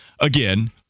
again